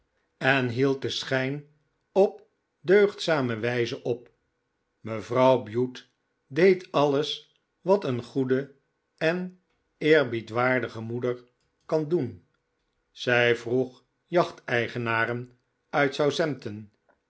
en hield den schijn op deugdzame wijze op mcvrouw bute deed alles wat een goede en eerbiedwaardige moeder lean doen zij vroeg jachteigenaren uit